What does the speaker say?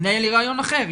היה לי רעיון אחר.